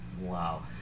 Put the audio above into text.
Wow